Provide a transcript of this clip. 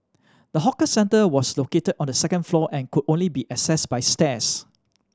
the hawker centre was located on the second floor and could only be access by stairs